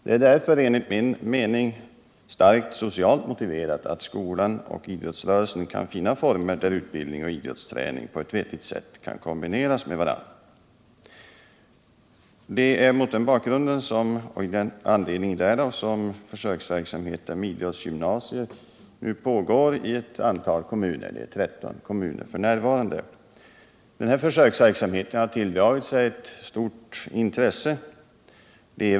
Det är därför, enligt min mening, starkt socialt motiverat att skolan och idrottsrörelsen försöker finna former där utbildning och idrottsträning på ett vettigt sätt kan kombineras med varandra. Det är av denna anledning försöksverksamheten med idrottsgymnasier pågår i ett antal kommuner — f. n. 13 kommuner. Den här försöksverksam heten har tilldragit sig stort intresse.